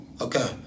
okay